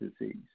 disease